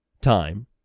time